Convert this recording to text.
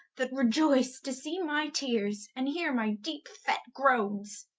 that reioyce to see my teares, and heare my deepe-fet groanes.